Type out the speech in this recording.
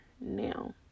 now